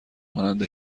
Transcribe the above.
مانند